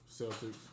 Celtics